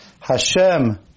Hashem